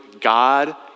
God